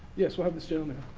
yes, we'll um this gentleman